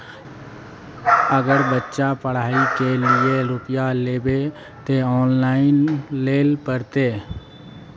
अगर बच्चा के पढ़ाई के लिये रुपया लेबे ते ऑनलाइन लेल पड़ते?